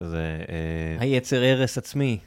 זה... היצר הרס עצמי.